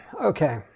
Okay